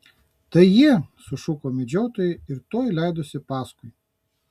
tai jie sušuko medžiotojai ir tuoj leidosi paskui